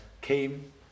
came